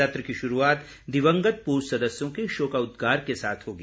सत्र की शुरूआत दिवंगत पूर्व सदस्यों के शोकोदगार के साथ होगी